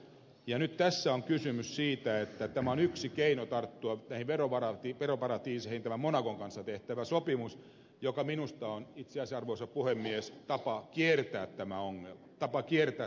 nyt tässä on kysymys siitä että yksi keino tarttua näihin veroparatiiseihin on tämä monacon kanssa tehtävä sopimus joka minusta itse asiassa on arvoisa puhemies tapa kiertää tämä ongelma